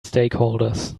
stakeholders